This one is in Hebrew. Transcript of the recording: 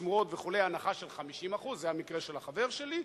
שמורות וכו' הנחה של 50% זה המקרה של החבר שלי,